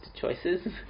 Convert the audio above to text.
choices